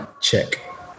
check